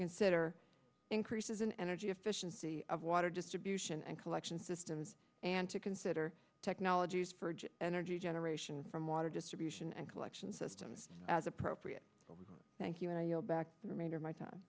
consider increases in energy efficiency of water distribution and collection systems and to consider technologies for of energy generation from water distribution and collection systems as appropriate thank you and i yield back the remainder of my time